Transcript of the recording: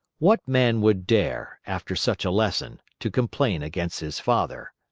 what man would dare, after such a lesson, to complain against his father!